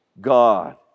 God